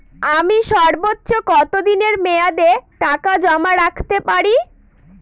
আমি সর্বোচ্চ কতদিনের মেয়াদে টাকা জমা রাখতে পারি?